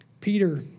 Peter